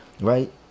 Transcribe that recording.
right